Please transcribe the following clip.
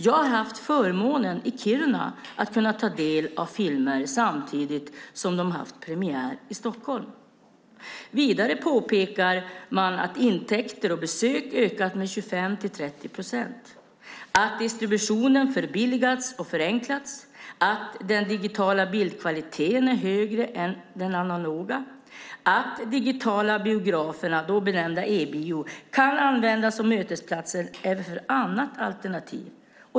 Jag har haft förmånen att i Kiruna kunna ta del av filmer samtidigt som de har haft premiär i Stockholm. Vidare påpekar man att intäkter och besök har ökat med 25-30 procent, att distributionen förbilligats och förenklats, att den digitala bildkvaliteten är högre än den analoga och att de digitala biograferna, då benämnda e-bio, kan användas som mötesplatser även för annat alternativ.